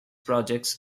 projects